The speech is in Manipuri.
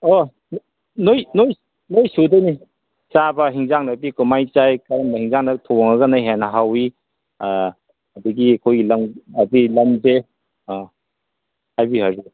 ꯑꯣ ꯂꯣꯏ ꯂꯣꯏ ꯂꯣꯏ ꯁꯨꯗꯣꯏꯅꯤ ꯆꯥꯕ ꯍꯤꯟꯖꯥꯡꯗꯗꯤ ꯀꯃꯥꯏ ꯆꯥꯏ ꯀꯔꯝꯕ ꯍꯤꯟꯖꯥꯡꯗ ꯊꯣꯡꯂꯒꯅ ꯍꯦꯟꯅ ꯍꯥꯎꯏ ꯑꯗꯒꯤ ꯑꯩꯈꯣꯏꯒꯤ ꯑꯗꯩ ꯂꯝꯁꯦ ꯍꯥꯏꯕꯤꯌꯨ ꯍꯥꯏꯕꯤꯌꯨ